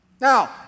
Now